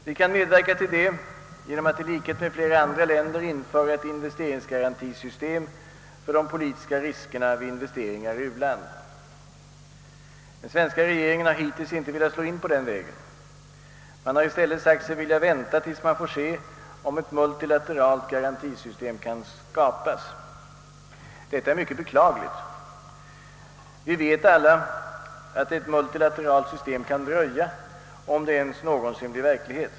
Vi kan medverka till detta genom att i likhet med flera andra länder införa ett investeringsgarantisystem för de politiska riskerna vid investeringar i u-land. Den svenska regeringen har hittills inte velat slå in på den vägen, utan i stället sagt sig vilja vänta tills man får se om ett multilateralt garantisystem kan skapas. Detta är djupt beklagligt. Vi vet alla att ett multilateralt system kan dröja — om det ens någonsin blir verklighet.